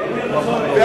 והיטל בצורת.